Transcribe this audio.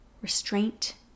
restraint